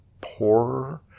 poorer